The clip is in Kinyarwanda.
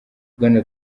bwana